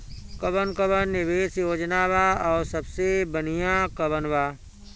कवन कवन निवेस योजना बा और सबसे बनिहा कवन बा?